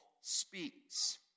speaks